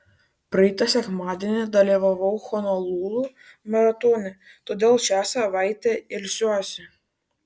praeitą sekmadienį dalyvavau honolulu maratone todėl šią savaitę ilsiuosi